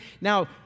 Now